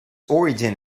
origin